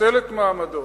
מנצל את מעמדו